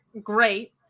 Great